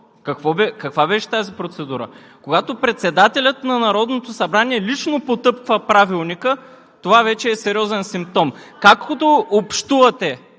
Каква беше тази процедура? Когато председателят на Народното събрание лично потъпква Правилника, това вече е сериозен симптом. Както общувате